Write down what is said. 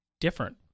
different